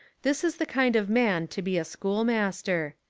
this is the kind of man to be a schoolmaster.